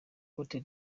cote